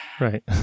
Right